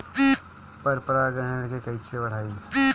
पर परा गण के कईसे बढ़ाई?